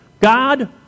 God